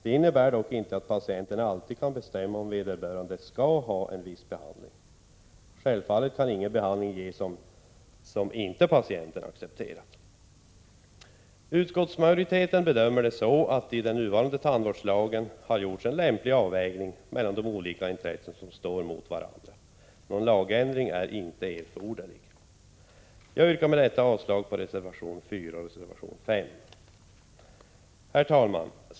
Det innebär dock inte att patienten alltid kan bestämma att han eller hon skall ha viss behandling. Självfallet kan ingen behandling ges som patienten inte accepterar. Utskottsmajoritetens bedömning är att man i den nuvarande tandvårdslagen har gjort en lämplig avvägning mellan de olika intressen som står mot varandra. Någon lagändring är inte erforderlig. Jag yrkar med detta avslag på reservationerna 4 och 5. Herr talman!